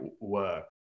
work